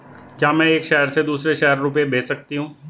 क्या मैं एक शहर से दूसरे शहर रुपये भेज सकती हूँ?